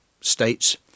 states